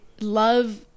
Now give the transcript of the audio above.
love